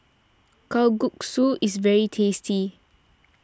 Kalguksu is very tasty